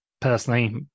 personally